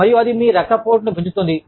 మరియు అది మీ రక్తపోటును పెంచుతుంది